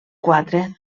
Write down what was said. quatre